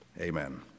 Amen